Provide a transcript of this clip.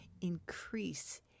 increase